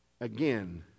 again